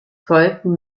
folgten